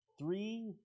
three